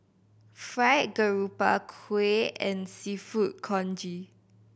Fried Garoupa kuih and Seafood Congee